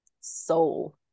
soul